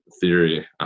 theory